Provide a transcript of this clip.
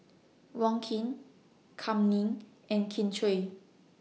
Wong Keen Kam Ning and Kin Chui